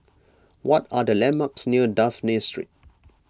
what are the landmarks near Dafne Street